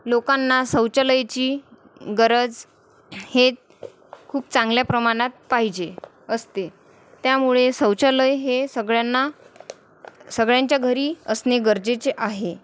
लोकांना शौचालयाची गरज हे खूप चांगल्या प्रमाणात पाहिजे असते त्यामुळे शौचालय हे सगळ्यांना सगळ्यांच्या घरी असणे गरजेचे आहे